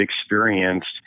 experienced